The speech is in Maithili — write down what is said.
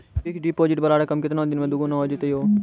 फिक्स्ड डिपोजिट वाला रकम केतना दिन मे दुगूना हो जाएत यो?